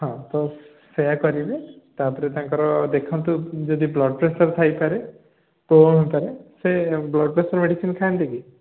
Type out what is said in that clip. ହଁ ତ ସେଇଆ କରିବେ ତା'ପରେ ତାଙ୍କର ଦେଖନ୍ତୁ ଯଦି ବ୍ଲଡ଼୍ ପ୍ରେସର୍ ଥାଇପାରେ ସେ ବ୍ଲଡ଼୍ ପ୍ରେସର୍ ମେଡ଼ିସିନ୍ ଖାଆନ୍ତି କି